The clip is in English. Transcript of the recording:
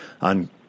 on